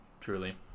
truly